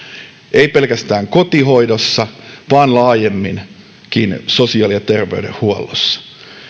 ei pelkästään kotihoidossa vaan laajemminkin sosiaali ja tervey denhuollossa